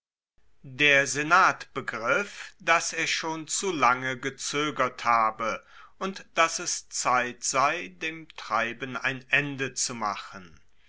der senat begriff dass er schon zu lange gezoegert habe und dass es zeit sei dem treiben ein ende zu machen